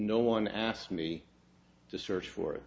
no one asked me to search for it